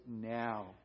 now